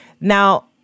Now